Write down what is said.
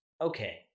okay